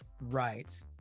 Right